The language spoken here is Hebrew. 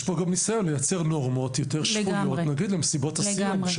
יש פה גם ניסיון לייצר נורמות יותר שפויות למסיבות הסיום,